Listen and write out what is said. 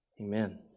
amen